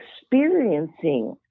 experiencing